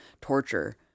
torture